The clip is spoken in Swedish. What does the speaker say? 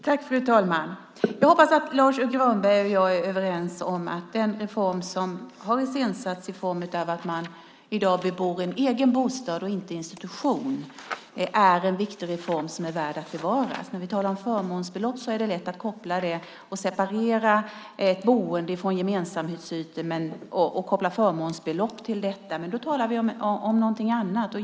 Fru talman! Jag hoppas att Lars U Granberg och jag är överens om att den reform som har iscensatts i form av att man i dag bebor en egen bostad och inte en institution är en viktig reform som är värd att bevara. När vi talar om förmånsbelopp är det lätt att separera boendet från gemensamhetsytor och koppla förmånsbelopp till detta, men då talar vi om någonting annat.